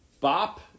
Bop